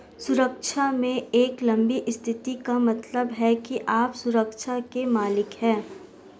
सुरक्षा में एक लंबी स्थिति का मतलब है कि आप सुरक्षा के मालिक हैं